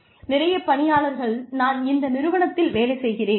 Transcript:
நிறைய பணியாளர்கள் நான் இந்த நிறுவனத்தில் வேலை செய்கிறேன்